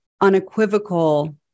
unequivocal